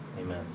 amen